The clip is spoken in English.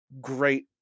great